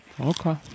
Okay